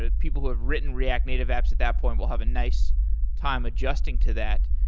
ah people who had written react native apps at that point will have a nice time adjusting to that.